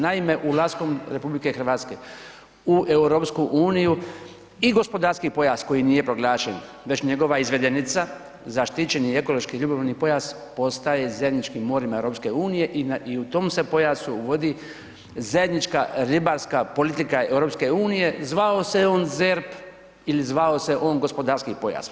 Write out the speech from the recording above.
Naime, ulaskom RH u EU i gospodarski pojas koji nije proglašen već njegova izvedenica, zaštićeni ekološko-ribolovni pojas postaje zajedničkim morem EU i u tom se pojasu vodi zajednička ribarska politika EU zvao se on ZERP ili zvao se on Gospodarski pojas.